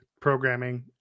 programming